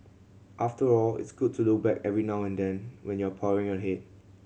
after all it's good to look back every now and then when you're powering ahead